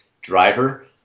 driver